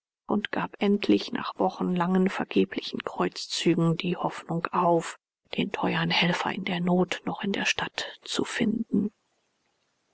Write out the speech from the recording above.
und gab endlich nach wochenlangen vergeblichen kreuzzügen die hoffnung auf den teuern helfer in der not noch in der stadt zu finden